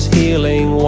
healing